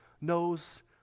knows